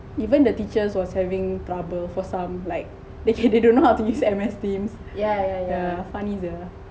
even the teachers was having trouble for some like they don't know how to use M_S teams yeah funny sia